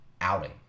outing